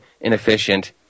inefficient